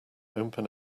open